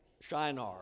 Shinar